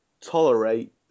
tolerate